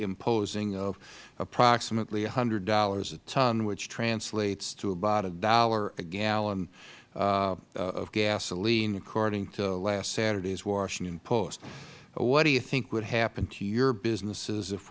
imposing of approximately one hundred dollars a ton which translates to about a dollar a gallon of gasoline according to last saturday's washington post what do you think would happen to your businesses if